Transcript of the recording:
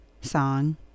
song